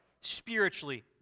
spiritually